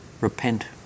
Repent